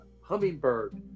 hummingbird